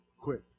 quick